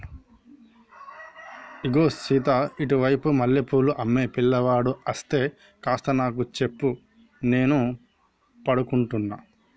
ఇగో సీత ఇటు వైపు మల్లె పూలు అమ్మే పిలగాడు అస్తే కాస్త నాకు సెప్పు నేను పడుకుంటున్న